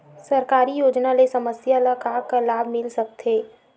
सरकारी योजना ले समस्या ल का का लाभ मिल सकते?